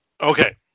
Okay